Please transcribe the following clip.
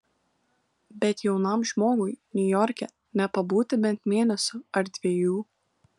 bet jaunam žmogui niujorke nepabūti bent mėnesio ar dviejų